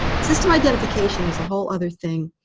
system identification is a whole other thing.